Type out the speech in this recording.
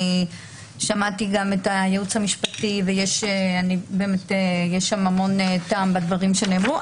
שמעתי גם את הייעוץ המשפטי ויש המון טעם בדברים שנאמרו.